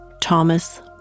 Thomas